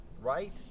right